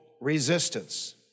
resistance